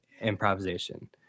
improvisation